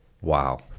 Wow